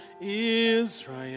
Israel